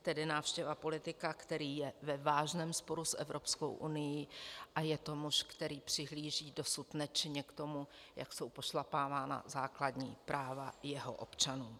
Tedy návštěva politika, který je ve vážném sporu s Evropskou unií a je to muž, který přihlíží dosud nečinně k tomu, jak jsou pošlapávána základní práva jeho občanů.